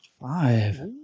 five